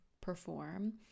perform